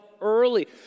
early